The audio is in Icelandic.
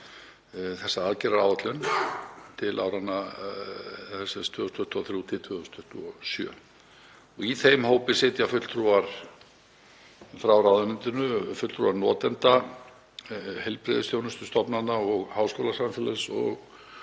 þessa aðgerðaáætlun til áranna 2023–2027. Í þeim hópi sitja fulltrúar frá ráðuneytinu, fulltrúar notenda, heilbrigðisþjónustustofnana og háskólasamfélags,